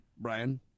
Brian –